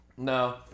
No